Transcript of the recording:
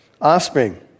Offspring